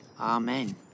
Amen